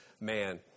man